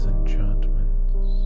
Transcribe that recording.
enchantments